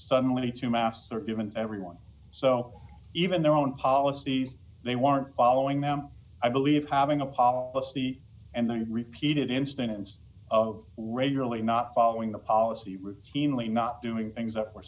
suddenly to master even everyone so even their own policies they weren't following them i believe having a policy and then repeated instances of regularly not following the policy routinely not doing things